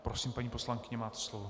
Prosím, paní poslankyně, máte slovo.